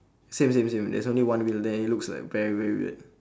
same same same there's only one wheel there it looks like very very weird